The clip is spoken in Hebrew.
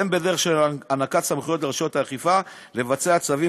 הן בדרך של הענקת סמכויות לרשויות האכיפה לבצע צווים